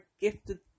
gifted